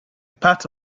part